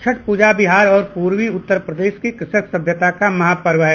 छठ प्रजा बिहार और प्रर्वी उत्तर प्रदेश की कृषक सभ्यता का महापर्व है